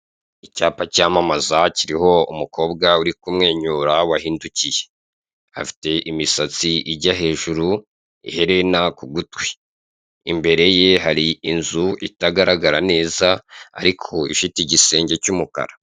Icyapa cyamamaza kiriho umukobwa uri kumwenyura wahindukiye afite imisatsi ijya hejuru, iherena ku gutwi, imbere ye hari inzu itagaragara neza ariko ifite igisenge cy'umukara.